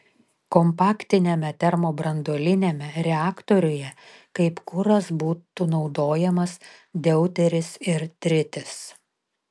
kompaktiniame termobranduoliniame reaktoriuje kaip kuras būtų naudojamas deuteris ir tritis